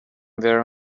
there